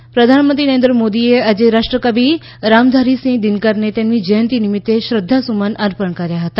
દિનકર જયંતી પ્રધાનમંત્રી નરેન્દ્ર મોદીએ આજે રાષ્ટ્રકવિ રામધારીસિંહ દિનકરને તેમની જયંતી નિમિત્તે શ્રદ્ધા સુમન અર્પણ કર્યા હતા